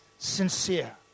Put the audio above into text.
sincere